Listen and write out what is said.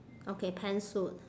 okay pantsuit